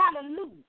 Hallelujah